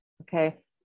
Okay